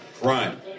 Crime